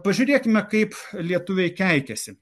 pažiūrėkime kaip lietuviai keikiasi